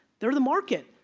they're the market.